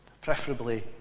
preferably